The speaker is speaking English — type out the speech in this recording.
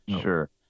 Sure